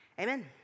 amen